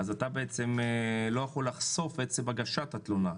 אתה לא יכול לחשוף את עצם הגשת התלונה.